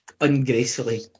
ungracefully